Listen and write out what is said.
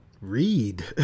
read